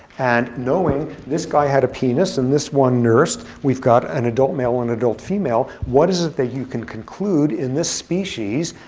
and knowing this guy had a penis and this one nursed, we've got an adult male and an adult female. what is it that you can conclude? in this species,